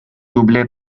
doublée